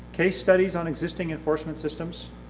case studies on existing enforcement systems.